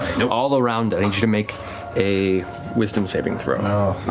you know all around, i need you to make a wisdom saving throw.